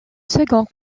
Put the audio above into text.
second